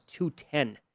210